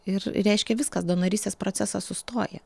ir reiškia viskas donorystės procesas sustoja